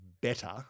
better